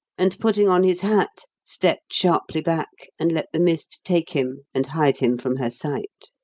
and, putting on his hat, stepped sharply back and let the mist take him and hide him from her sight.